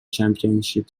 championship